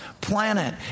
planet